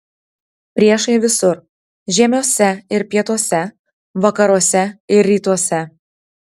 priešai visur žiemiuose ir pietuose vakaruose ir rytuose